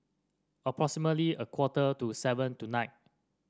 approximately a quarter to seven tonight